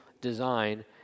design